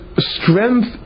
Strength